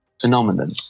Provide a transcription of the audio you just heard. phenomenon